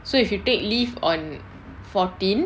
so if you take leave on fourteen